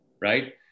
right